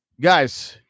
guys